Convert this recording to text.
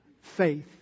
faith